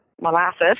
molasses